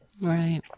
right